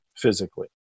physically